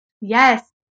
Yes